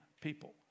people